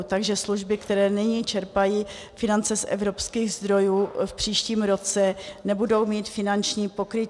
Takže služby, které nyní čerpají finance z evropských zdrojů, v příštím roce nebudou mít finanční pokrytí.